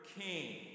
king